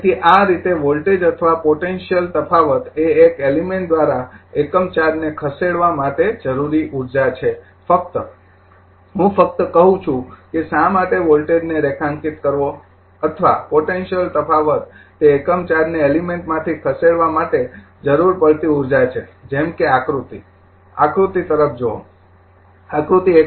તેથી આ રીતે વોલ્ટેજ અથવા પોટેન્સીયલ તફાવત એ એક એલિમેંટ દ્વારા એકમ ચાર્જને ખસેડવા માટે જરૂરી ઉર્જા છે ફક્ત હું ફક્ત કહું છું કે શા માટે વોલ્ટેજ ને રેખાંકિત કરવો અથવા પોટેન્સીયલ તફાવત તે એકમ ચાર્જને એલિમેંટમાથી ખસેડવા માટે જરૂર પડતી ઉર્જા છે જેમ કે આકૃતિ આકૃતિ તરફ જુઓ આકૃતિ ૧